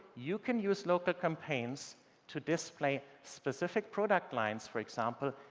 you can use local campaigns to display specific product lines, for example,